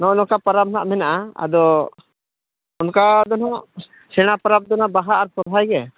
ᱱᱚᱜᱼᱚᱸᱭ ᱱᱚᱝᱠᱟ ᱯᱟᱨᱟᱵᱽ ᱱᱟᱜ ᱢᱮᱱᱟᱜᱼᱟ ᱟᱫᱚ ᱚᱱᱠᱟ ᱫᱚ ᱱᱟᱜ ᱥᱮᱬᱟ ᱯᱟᱨᱟᱵᱽ ᱫᱚ ᱱᱟᱜ ᱵᱟᱦᱟ ᱟᱨ ᱥᱚᱨᱦᱟᱭᱜᱮ